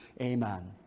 amen